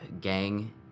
gang